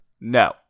No